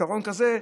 פתרון כזה,